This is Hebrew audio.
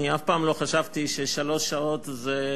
אני אף פעם לא חשבתי ששלוש שעות זה,